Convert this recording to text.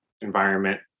environment